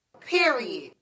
Period